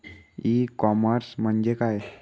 E commerce म्हणजे काय?